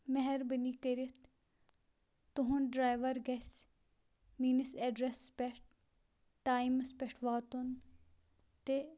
مہربٲنی کٔرِتھ تُہُنٛد ڈرایوَر گَژھِ میٲنِس ایٚڈرَسَس پیٹھ ٹایمَس پیٹھ واتُن تہِ